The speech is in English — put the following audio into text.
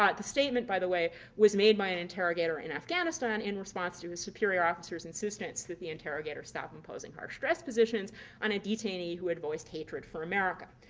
ah the statement, by the way, was made by an interrogator in afghanistan in response to his superior officer's insistence that the interrogator stop imposing harsh stress positions on a detainee who had voiced hatred for america.